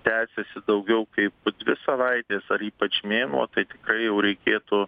tęsiasi daugiau kaip po dvi savaites ar ypač mėnuo tai tikrai jau reikėtų